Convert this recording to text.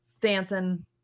dancing